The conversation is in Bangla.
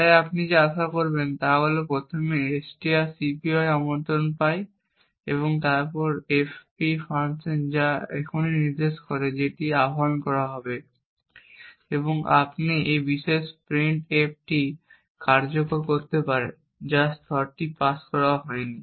তাই আপনি এখানে যা আশা করবেন তা প্রথমে strcpy আমন্ত্রণ পায় এবং তারপর fp ফাংশন যা এখনই নির্দেশ করে যেটি আহ্বান করা হবে এবং আপনি এই বিশেষ প্রিন্টএফটি কার্যকর করতে পাবেন যা স্তরটি পাস করা হয়নি